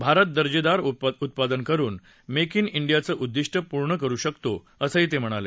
भारत दर्जेदार उत्पादन करुन मेक इन इंडियाचं उद्दिष्ट पूर्ण करु शकतो असं ते म्हणाले